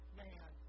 man